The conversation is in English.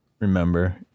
Remember